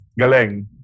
Galeng